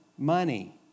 Money